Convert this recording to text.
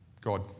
God